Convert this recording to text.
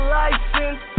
license